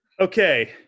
Okay